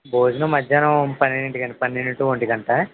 భోజనం మధ్యాహ్నం పన్నెండింటికి అండి పన్నెండు టు ఒంటిగంట